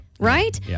Right